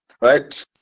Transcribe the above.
Right